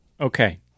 Okay